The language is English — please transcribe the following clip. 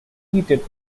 competed